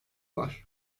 var